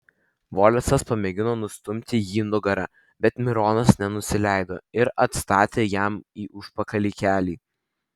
volesas pamėgino nustumti jį nugara bet mironas nenusileido ir atstatė jam į užpakalį kelį